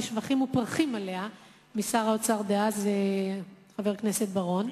שבחים ופרחים עליה משר האוצר דאז חבר הכנסת בר-און,